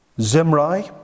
Zimri